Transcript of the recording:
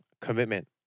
commitment